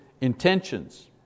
intentions